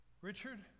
Richard